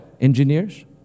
engineers